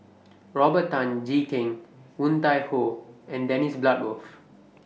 Robert Tan Jee Keng Woon Tai Ho and Dennis Bloodworth